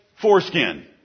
foreskin